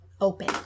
Open